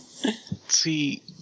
See